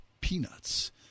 Peanuts